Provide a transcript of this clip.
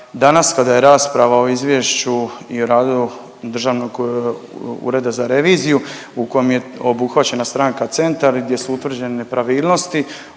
danas kada je rasprava o izvješću i radu Državnog ureda za reviziju u kom je obuhvaćena stranka Centar i gdje su utvrđene nepravilnosti,